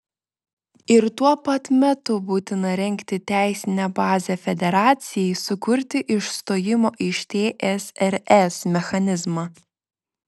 ir tuo pat metu būtina rengti teisinę bazę federacijai sukurti išstojimo iš tsrs mechanizmą